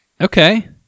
Okay